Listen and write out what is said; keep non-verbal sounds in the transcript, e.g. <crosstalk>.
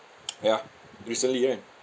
<noise> ya recently right